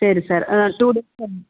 சரி சார் ஆ டூ டேஸில்